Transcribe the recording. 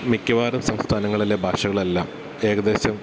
മിക്കവാറും സംസ്ഥാനങ്ങളിലെ ഭാഷകളെല്ലാം ഏകദേശം